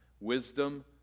Wisdom